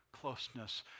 closeness